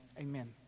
amen